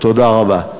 תודה רבה.